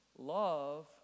Love